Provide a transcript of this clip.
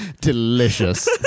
Delicious